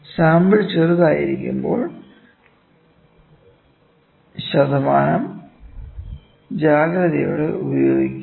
sample ചെറുതായിരിക്കുമ്പോൾ ശതമാനം ജാഗ്രതയോടെ ഉപയോഗിക്കുക